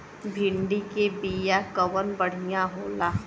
भिंडी के बिया कवन बढ़ियां होला?